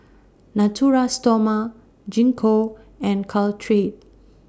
Natura Stoma Gingko and Caltrate